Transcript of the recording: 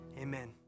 Amen